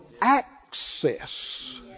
access